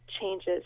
changes